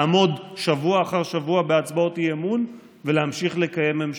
לעמוד שבוע אחר שבוע בהצבעות אי-אמון ולהמשיך לקיים ממשלה,